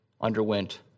underwent